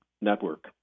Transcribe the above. network